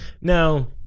Now